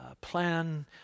plan